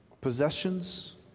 possessions